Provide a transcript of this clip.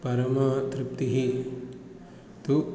परमा तृप्तिः तु